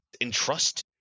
entrust